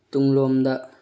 ꯇꯨꯡꯂꯣꯝꯗ